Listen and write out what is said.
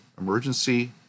emergency